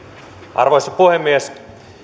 arvoisa puhemies